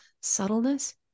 subtleness